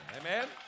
Amen